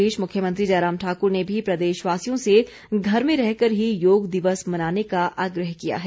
इस बीच मुख्यमंत्री जयराम ठाकुर ने भी प्रदेश वासियों से घर में रहकर ही योग दिवस मनाने का आग्रह किया है